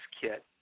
kit